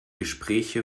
gespräche